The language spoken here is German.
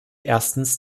erstens